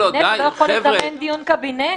לא יכול לזמן דיון קבינט?